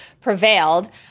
prevailed